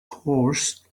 horse